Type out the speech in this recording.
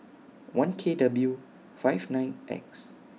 one K W five nine X